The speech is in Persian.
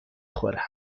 خورم